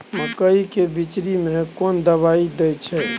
मकई के बिचरी में कोन दवाई दे छै?